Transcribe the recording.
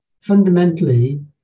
Fundamentally